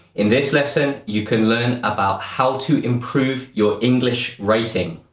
in this lesson, you can learn about how to improve your english writing.